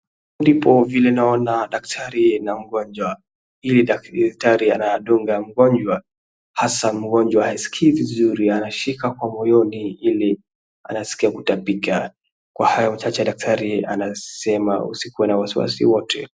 Ndipo vile naona daktari na mgonjwa, ili daktari anadunga mgonjwa hasan mgonjwa haskii vizuri anashika kwa moyoni ili anaskia kutapika, kwa hayo machache daktari anasema usikue na wasi wasi wote.